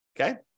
okay